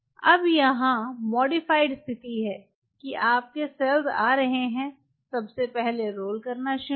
अब यहाँ संशोधित स्थिति है कि आपकी सेल आ रही है सबसे पहले रोल करना शुरू करें